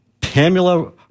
Pamela